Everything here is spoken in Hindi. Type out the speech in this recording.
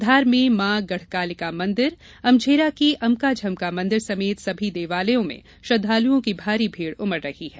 धार में माँ गढ़कालिका मंदिर अमझेरा की अमका झमका मंदिर समेत सभी देवालयों मे श्रद्वालुओं की भारी भीड़ उमड़ रही है